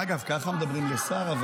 אגב, ככה מדברים לשר?